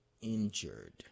injured